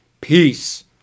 peace